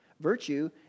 Virtue